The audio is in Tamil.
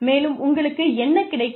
மேலும் உங்களுக்கு என்ன கிடைக்கும்